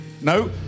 No